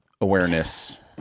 awareness